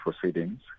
proceedings